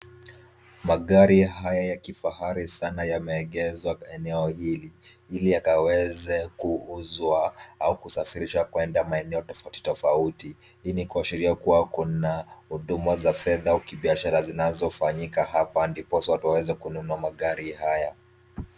Magari haya ya kifahari sana yameegeshwa eneo hili, ili yakaweze kuuzwa au kusafirishwa kuenda maeneo tofauti tofauti, hii ni kuashiria kuwa kuna huduma za fedha au kibiashara zinazofanyika hapa ndiposa watu wanunue magari haya.